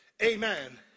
Amen